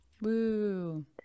Woo